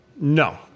No